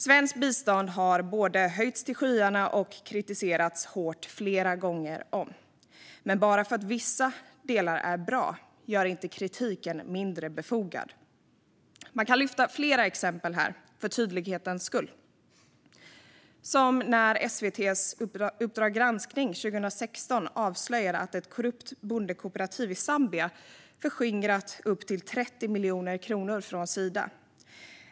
Svenskt bistånd har både höjts till skyarna och kritiserats hårt flera gånger om. Men bara för att vissa delar är bra gör de inte kritiken mindre befogad. Jag kan lyfta fram flera exempel, för tydlighetens skull. SVT:s Uppdrag granskning 2016 avslöjade att ett korrupt bondekooperativ i Zambia förskingrat upp till 30 miljoner kronor från Sida.